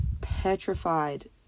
petrified